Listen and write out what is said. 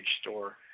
store